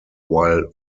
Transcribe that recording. while